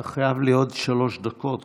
אתה חייב לי עוד שלוש דקות,